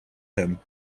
him